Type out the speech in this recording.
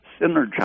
synergize